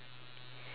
for like